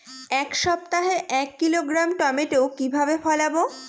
এক সপ্তাহে এক কিলোগ্রাম টমেটো কিভাবে ফলাবো?